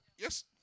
Yes